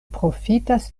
profitas